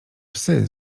psy